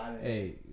hey